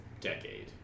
decade